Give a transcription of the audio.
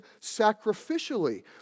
sacrificially